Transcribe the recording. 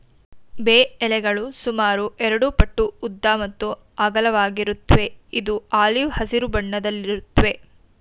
ಬೇ ಎಲೆಗಳು ಸುಮಾರು ಎರಡುಪಟ್ಟು ಉದ್ದ ಮತ್ತು ಅಗಲವಾಗಿರುತ್ವೆ ಇದು ಆಲಿವ್ ಹಸಿರು ಬಣ್ಣದಲ್ಲಿರುತ್ವೆ